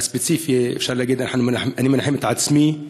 הספציפי, אפשר להגיד, אני מנחם את עצמי,